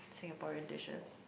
Singaporean dishes